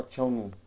पछ्याउनु